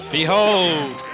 Behold